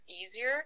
easier